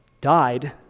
died